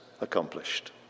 accomplished